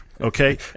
Okay